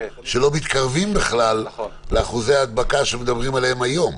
שלא מתקרבים בכלל לאחוזי ההדבקה שמדברים עליהם היום.